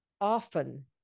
often